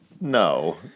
no